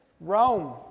Rome